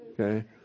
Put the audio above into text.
Okay